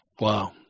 Wow